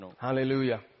Hallelujah